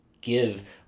give